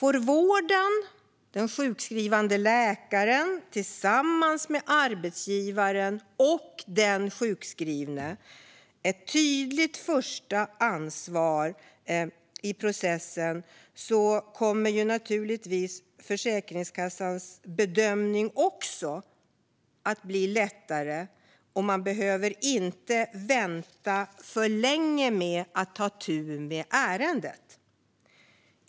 Om vården - den sjukskrivande läkaren - tillsammans med arbetsgivaren och den sjukskrivne får ett tydligt första ansvar i processen kommer naturligtvis också Försäkringskassans bedömning att bli lättare, och man behöver inte vänta för länge med att ta itu med ärendet.